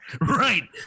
Right